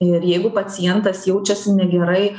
ir jeigu pacientas jaučiasi negerai